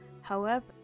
however-